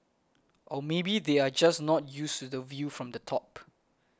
or maybe they are just not used to the view from the top